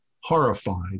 horrified